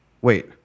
Wait